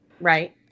Right